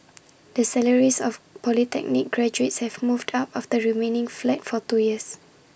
the salaries of polytechnic graduates have moved up after remaining flat for two years